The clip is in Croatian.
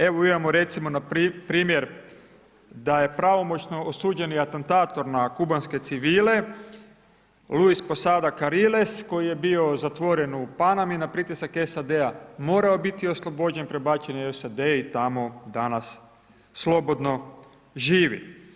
Evo imamo recimo npr. da je pravomoćno osuđeni atentator na kubanske civile Luis Posada Carriles koji je bio zatvoren u Panami, na pritisak SAD-a morao je biti oslobođen, prebačen je u SAD i tamo danas slobodno živi.